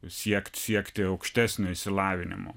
siekt siekti aukštesnio išsilavinimo